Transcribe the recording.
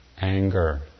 anger